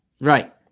right